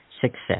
success